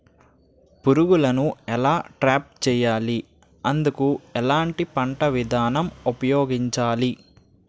పురుగులను ఎలా ట్రాప్ చేయాలి? అందుకు ఎలాంటి పంట విధానం ఉపయోగించాలీ?